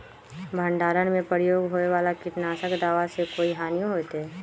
भंडारण में प्रयोग होए वाला किट नाशक दवा से कोई हानियों होतै?